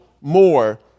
more